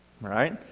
right